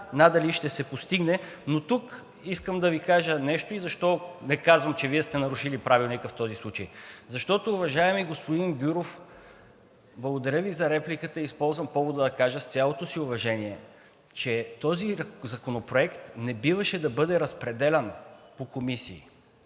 надали ще се постигне. Но тук искам да Ви кажа нещо. Защо не казвам, че Вие сте нарушили Правилника в този случай? Защото, уважаеми господин Гюров, благодаря Ви за репликата и използвам повода да кажа с цялото си уважение, че този законопроект не биваше да бъде разпределян по комисиите